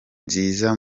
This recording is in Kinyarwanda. ziza